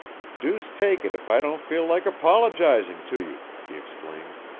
deuce take it if i don't feel like apologizing to you, he exclaimed.